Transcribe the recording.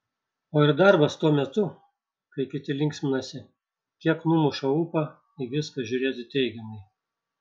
o ir darbas tuo metu kai kiti linksminasi kiek numuša ūpą į viską žiūrėti teigiamai